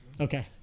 okay